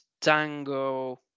tango